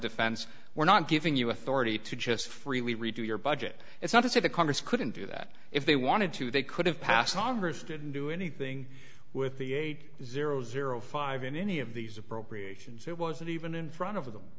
defense we're not giving you authority to just freely redo your budget it's not as if the congress couldn't do that if they wanted to they could have passed on didn't do anything with the eight thousand and five in any of these appropriations it wasn't even in front of them